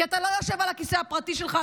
אתה לא יושב על הכיסא הפרטי שלך,